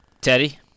Teddy